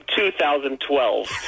2012